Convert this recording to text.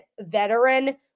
veteran